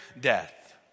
death